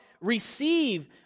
receive